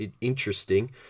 interesting